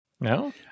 No